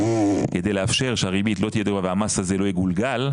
כדי לאפשר שהריבית לא תהיה גבוהה והמס הזה לא יגולגל,